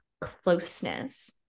closeness